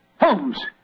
Holmes